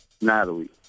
Natalie